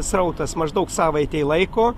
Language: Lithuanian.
srautas maždaug savaitei laiko